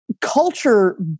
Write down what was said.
culture